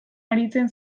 aritzen